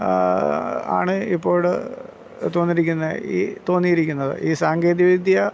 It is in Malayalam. ആണ് ഇപ്പോൾ തോന്നിയിരിക്കുന്നത് ഈ തോന്നിയിരിക്കുന്നത് ഈ സാങ്കേതിക വിദ്യ